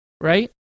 right